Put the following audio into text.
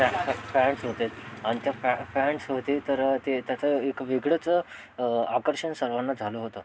पॅ पँट्स होते आणि त्या पँट्स होते तर ते त्याचं एक वेगळंच आकर्षण सर्वांना झालं होतं